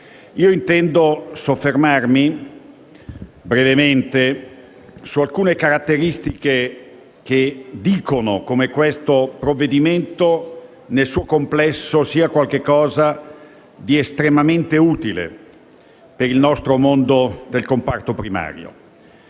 dunque soffermarmi brevemente su alcune caratteristiche che dicono come questo provvedimento, nel suo complesso, sia qualcosa di estremamente utile per il nostro mondo del comparto primario.